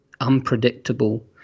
unpredictable